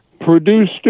produced